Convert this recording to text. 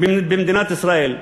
במדינת ישראל.